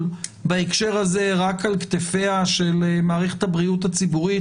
בהקשר הזה רק על כתפיה של מערכת הבריאות הציבורית.